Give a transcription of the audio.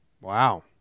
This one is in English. Wow